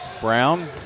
Brown